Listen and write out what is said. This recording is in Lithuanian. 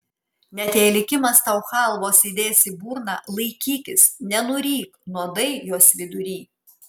net jei likimas tau chalvos įdės į burną laikykis nenuryk nuodai jos vidury